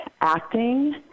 acting